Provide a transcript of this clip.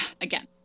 again